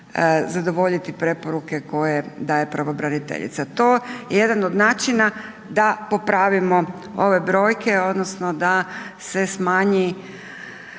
zadovoljiti preporuke koje daje pravobraniteljica. To je jedan on načina da popravimo ove brojke odnosno da se smanji